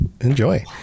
enjoy